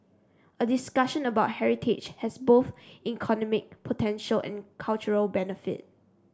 a discussion about heritage has both economic potential and cultural benefit